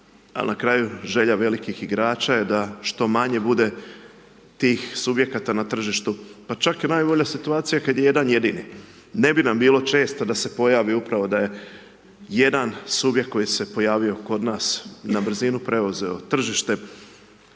na kraju želja velikih igrača je da što manje bude tih subjekata na tržištu, pa čak najbolja situacija je kada je jedan jedini. Ne bi nam bilo često da se pojavi upravo da je jedan subjekt koji se pojavio kod nas na brzinu preuzeo tržište